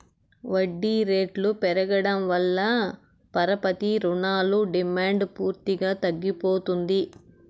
వడ్డీ రేట్లు పెరగడం వల్ల పరపతి రుణాల డిమాండ్ పూర్తిగా తగ్గిపోతుంది